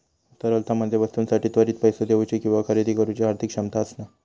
तरलता म्हणजे वस्तूंसाठी त्वरित पैसो देउची किंवा खरेदी करुची आर्थिक क्षमता असणा